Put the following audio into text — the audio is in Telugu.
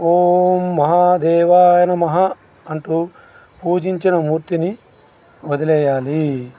ఓం మహాదేవాయ నమః అంటూ పూజించిన మూర్తిని వదిలేయాలి